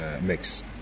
mix